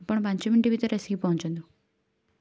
ଆପଣ ପାଞ୍ଚ ମିନିଟ୍ ଭିତରେ ଆସିକି ପହଞ୍ଚନ୍ତୁ